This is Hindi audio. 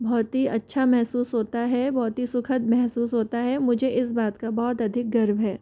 बहुत ही अच्छा महसूस होता है बहुत ही सुखद महसूस होता है मुझे इस बात का बहुत अधिक गर्व है